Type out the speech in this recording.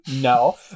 No